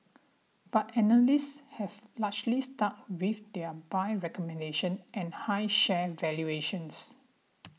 but analysts have largely stuck with their buy recommendation and high share valuations